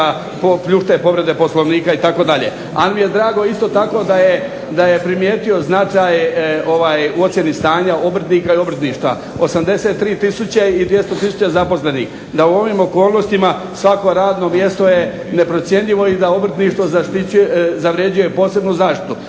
pljušte povrede Poslovnika itd. Ali mi je drago isto tako da je primijetio značaj u ocjeni stanja obrtnika i obrtništva. 83000 i 200000 zaposlenih, da u ovim okolnostima svako radno mjesto je neprocjenjivo i da obrtništvo zavređuje posebnu zaštitu.